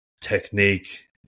technique